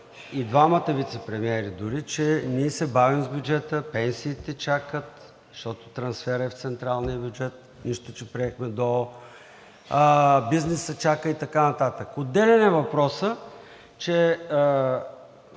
и двамата вицепремиери дори, че ние се бавим с бюджета, пенсиите чакат, защото трансферът е в централния бюджет, нищо че приехме ДОО, бизнесът чака и така нататък. Отделен е въпросът, че